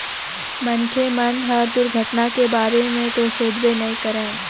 मनखे मन ह दुरघटना के बारे म तो सोचबे नइ करय